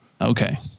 Okay